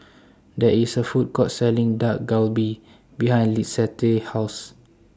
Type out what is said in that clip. There IS A Food Court Selling Dak Galbi behind Lissette House